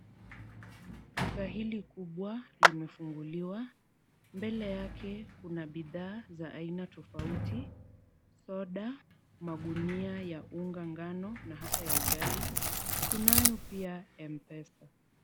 Duka hili kubwa limefunguliwa. Mbe yake kuna bidhaa za aina tofauti soda, magunia ya unga ngano na hata ya ugali. Tunayo pia mpesa.